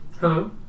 Hello